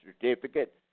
certificate